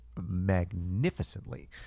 magnificently